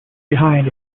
behind